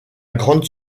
grande